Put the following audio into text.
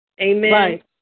Amen